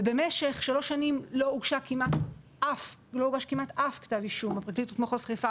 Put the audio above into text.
ובמשך שלוש שנים לא הוגש כמעט אף כתב אישום בפרקליטות מחוז חיפה